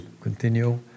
continue